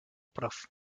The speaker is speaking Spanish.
prof